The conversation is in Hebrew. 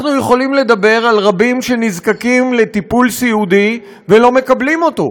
אנחנו יכולים לדבר על רבים שנזקקים לטיפול סיעודי ולא מקבלים אותו.